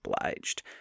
obliged